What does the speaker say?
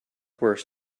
worse